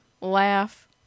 laugh